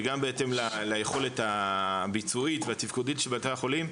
וגם בהתאם ליכולת הביצועית והתפקודית של בתי החולים,